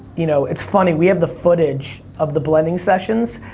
you know, it's funny, we have the footage of the blending sessions.